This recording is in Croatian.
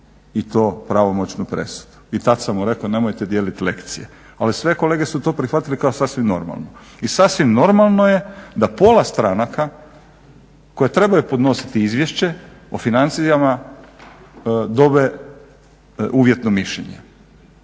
i to pravomoćnu presudu. I tad sam mu rekao nemojte dijeliti lekcije. Ali sve kolege su to prihvatili kao sasvim normalno. I sasvim normalno je da pola stranaka koje trebaju podnositi Izvješće o financijama dobiju uvjetno mišljenje.